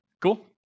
Cool